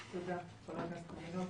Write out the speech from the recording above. תודה רבה לחבר הכנסת קוז'ינוב.